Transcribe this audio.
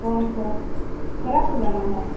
पॉँच सए फ्राक सिलाना हए